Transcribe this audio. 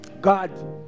God